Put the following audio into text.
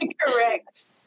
Correct